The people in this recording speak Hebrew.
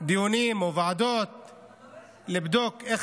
דיונים או להקים ועדות כדי לבדוק איך